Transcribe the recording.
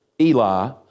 Eli